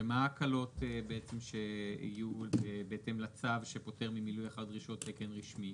ומה ההקלות שיהיו בהתאם לצו שפוטר ממילוי אחר הדרישות לתקן רשמי?